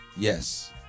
Yes